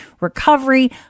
recovery